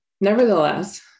Nevertheless